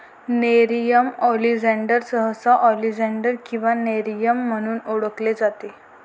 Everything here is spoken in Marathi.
नेरियम ऑलियान्डर सहसा ऑलियान्डर किंवा नेरियम म्हणून ओळखले जाते